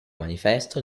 manifesto